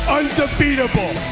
undefeatable